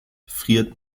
friert